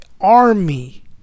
army